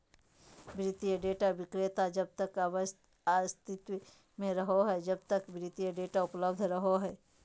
वित्तीय डेटा विक्रेता तब तक अस्तित्व में रहो हइ जब तक वित्तीय डेटा उपलब्ध रहो हइ